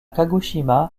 kagoshima